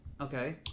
Okay